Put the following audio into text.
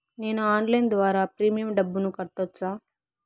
నేను ఆన్లైన్ ద్వారా ప్రీమియం డబ్బును కట్టొచ్చా?